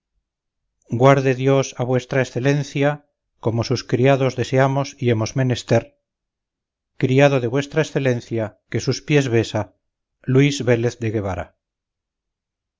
guarde dios a v e como sus criados deseamos y hemos menester criado de v e que sus pies besa luis vélez de guevara